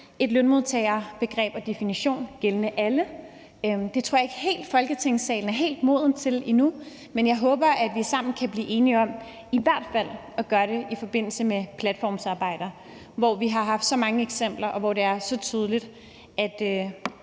en lønmodtagerdefinition, der gælder for alle. Det tror jeg ikke at man i Folketingssalen helt er modne til endnu, men jeg håber, at vi sammen kan blive enige i hvert fald at gøre det i forbindelse med platformsarbejde, hvor vi har haft så mange eksempler på, og hvor det er så tydeligt, at